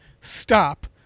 stop